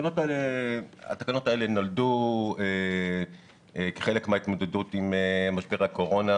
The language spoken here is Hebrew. התקנות האלה נולדו כחלק מההתמודדות עם משבר הקורונה,